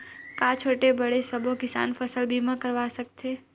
का छोटे बड़े सबो किसान फसल बीमा करवा सकथे?